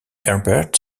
herbert